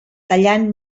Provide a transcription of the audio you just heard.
tallant